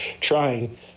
trying